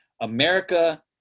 America